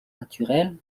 naturelle